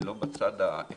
ולא בצד העקרוני,